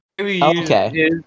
Okay